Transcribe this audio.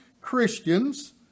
Christians